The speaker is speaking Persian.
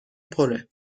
پره